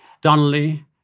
Donnelly